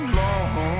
long